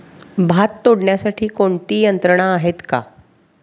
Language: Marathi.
भात तोडण्यासाठी कोणती यंत्रणा आहेत का?